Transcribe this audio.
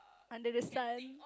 under the sun